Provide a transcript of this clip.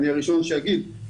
אני הראשון שאגיד,